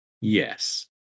Yes